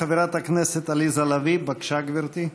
חברת הכנסת עליזה לביא, בבקשה, גברתי.